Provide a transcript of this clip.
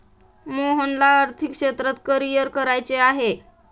मोहनला आर्थिक क्षेत्रात करिअर करायचे आहे